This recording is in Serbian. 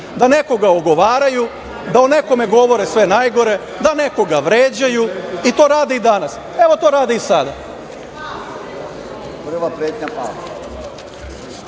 da nekoga ogovaraju, da o nekima govore sve najgore, da nekoga vređaju. To rade i danas. Evo, to rade i